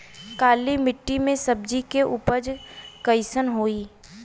काली मिट्टी में सब्जी के उपज कइसन होई?